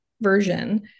version